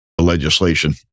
legislation